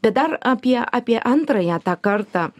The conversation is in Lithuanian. bet dar apie apie antrąją tą kartą